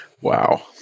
Wow